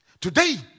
Today